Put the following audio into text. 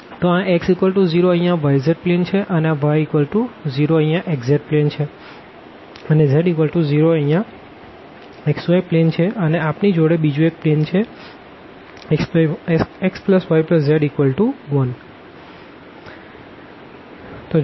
તો આ x0 અહીંયા y z પ્લેન છે અને y0 અહીંયા xz પ્લેન છે અને z0 અહીંયા xy પ્લેન છે અને આપણી જોડે બીજું એક પ્લેન છે xyz1